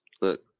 Look